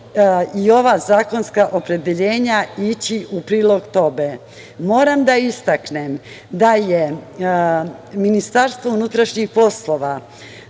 i ova zakonska opredeljenja ići u prilog tome. Moram da istaknem da je Ministarstvo unutrašnjih poslova,